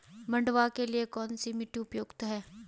मंडुवा के लिए कौन सी मिट्टी उपयुक्त है?